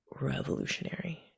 revolutionary